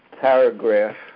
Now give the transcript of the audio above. paragraph